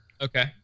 Okay